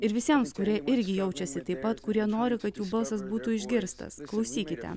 ir visiems kurie irgi jaučiasi taip pat kurie nori kad jų balsas būtų išgirstas klausykite